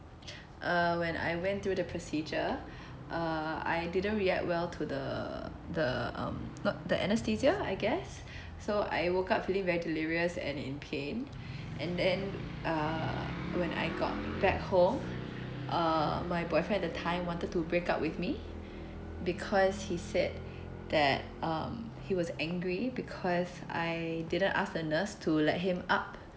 uh when I went through the procedure err I didn't react well to the the um the anaesthesia I guess so I woke up feeling very delirious and in pain and then when I got back home uh my boyfriend at that time wanted to break up with me because he said that um he was angry because I didn't ask the nurse to let him up